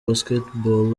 basketball